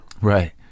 Right